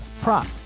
prop